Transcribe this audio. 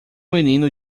menino